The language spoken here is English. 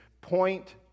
point